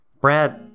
Brad